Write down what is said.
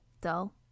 dull